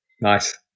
nice